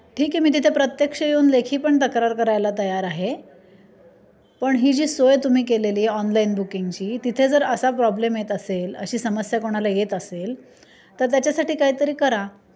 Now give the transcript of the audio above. ठीक आहे मी तिथे प्रत्यक्ष येऊन लेखी पण तक्रार करायला तयार आहे पण ही जी सोय तुम्ही केलेली ऑनलाईन बुकिंगची तिथे जर असा प्रॉब्लेम येत असेल अशी समस्या कोणाला येत असेल तर त्याच्यासाठी काहीतरी करा